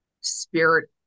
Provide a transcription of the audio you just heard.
spirit